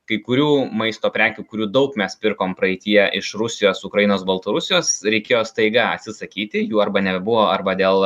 kai kurių maisto prekių kurių daug mes pirkom praeityje iš rusijos ukrainos baltarusijos reikėjo staiga atsisakyti jų arba nebebuvo arba dėl